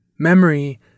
Memory